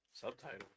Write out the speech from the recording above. subtitle